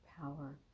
power